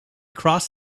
crossed